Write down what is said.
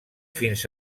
fins